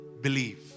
believe